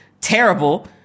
terrible